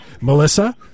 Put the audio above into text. Melissa